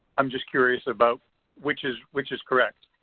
i'm just curious about which is which is correct.